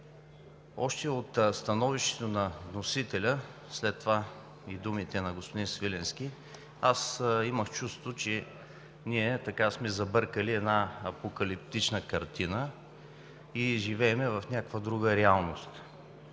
Още от становището на вносителя, а след това и думите на господин Свиленски, имах чувството, че ние сме забъркали една апокалиптична картина и живеем в някаква друга реалност.